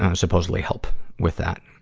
ah supposedly help with that.